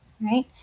right